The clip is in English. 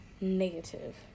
negative